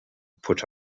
put